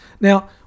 Now